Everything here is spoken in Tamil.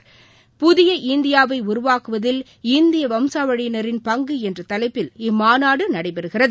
புதிய இந்தியாவை உருவாக்குவதில் இந்தியா வம்சாவழியினரின் பங்கு என்ற தலைப்பில் இம்மாநாடு நடைபெறுகிறது